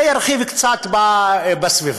זה ירחיב קצת בסביבה,